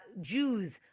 Jews